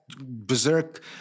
berserk